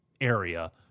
area